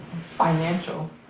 financial